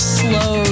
slow